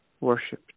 worship